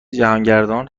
جهانگردان